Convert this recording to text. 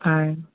ஆ